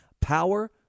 power